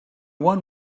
one